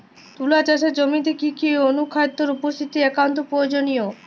তুলা চাষের জমিতে কি কি অনুখাদ্যের উপস্থিতি একান্ত প্রয়োজনীয়?